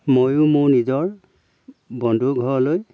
ময়ো মোৰ নিজৰ বন্ধু ঘৰলৈ